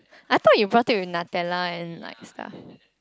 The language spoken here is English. I thought you brought it with Nutella and like stuff